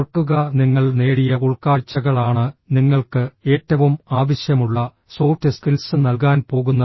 ഓർക്കുക നിങ്ങൾ നേടിയ ഉൾക്കാഴ്ചകളാണ് നിങ്ങൾക്ക് ഏറ്റവും ആവശ്യമുള്ള സോഫ്റ്റ് സ്കിൽസ് നൽകാൻ പോകുന്നത്